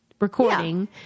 recording